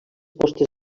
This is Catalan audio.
postes